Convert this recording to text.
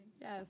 Yes